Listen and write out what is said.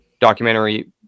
documentary